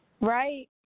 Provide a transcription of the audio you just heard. right